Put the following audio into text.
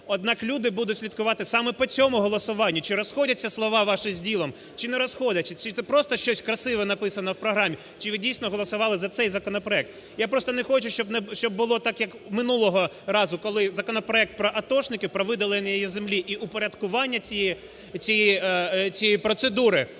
Однак люди будуть слідкувати саме по цьому голосуванню, чи розходяться слова ваші з ділом, чи не розходяться. Чи це просто щось красиве написано в програмі, чи ви дійсно голосували за цей законопроект. Я просто не хочу, щоб було так, як минулого разу, коли законопроект про атошників, про виділення їм землі і упорядкування цієї процедури